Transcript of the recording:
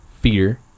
fear